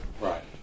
Right